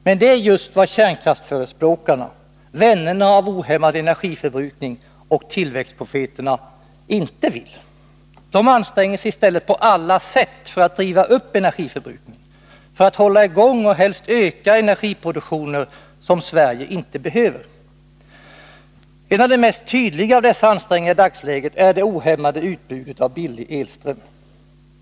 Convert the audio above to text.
Men det är just vad kärnkraftsförespråkarna, vännerna av ohämmad energiförbrukning och tillväxtprofeterna inte vill. De anstränger sig i stället på alla sätt för att driva upp energiförbrukningen, för att hålla i gång och helst utöka energiproduktioner som Sverige inte behöver. En av de mest tydliga av dessa ansträngningar i dagsläget är det ohämmade utbudet av billig elström.